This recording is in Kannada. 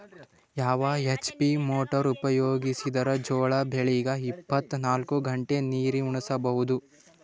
ಯಾವ ಎಚ್.ಪಿ ಮೊಟಾರ್ ಉಪಯೋಗಿಸಿದರ ಜೋಳ ಬೆಳಿಗ ಇಪ್ಪತ ನಾಲ್ಕು ಗಂಟೆ ನೀರಿ ಉಣಿಸ ಬಹುದು?